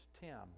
Tim